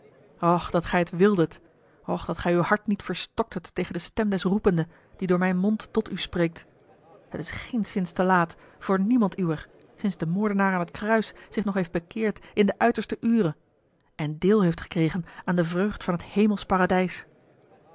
och dat gij het wildet a l g bosboom-toussaint de delftsche wonderdokter eel och dat gij uw hart niet verstoktet tegen de stem des roependen die door mijn mond tot u spreekt het is geenszins te laat voor niemand uwer sinds de moordenaar aan het kruis zich nog heeft bekeerd in de uiterste ure en deel heeft gekregen aan de vreugd van t hemelsch paradijs